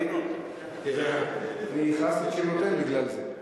הכרזתי את שמותיהם בגלל זה.